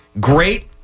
great